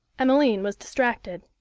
emmeline was distracted.